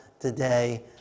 today